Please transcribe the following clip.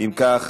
אם כך,